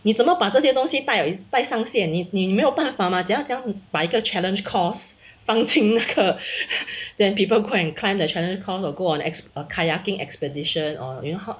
你怎么把这些东西带带上线你你没有办法吗怎样怎样摆一个 challenge course 放进那个 then people go and climb the challenge course or go on ex kayaking expedition or you know how